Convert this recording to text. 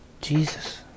Jesus